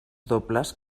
dobles